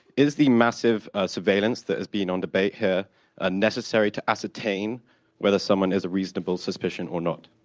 is the massive surveillance that is being on debate here ah necessary to ascertain whether someone is a reasonable suspicion or not?